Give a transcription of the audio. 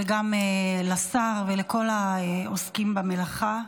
לשר ולכל העוסקים במלאכה.